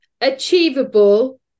achievable